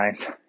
nice